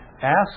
ask